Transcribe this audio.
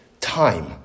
Time